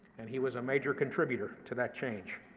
and he was a major contributor to that change.